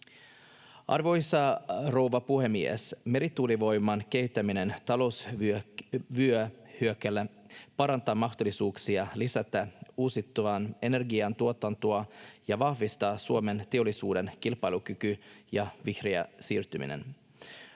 Arvoisa rouva puhemies! Merituulivoiman kehittäminen talousvyöhykkeellä parantaa mahdollisuuksia lisätä uusiutuvan energian tuotantoa ja vahvistaa Suomen teollisuuden kilpailukykyä ja vihreää siirtymää.